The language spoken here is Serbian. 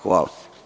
Hvala.